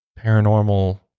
paranormal